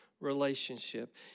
relationship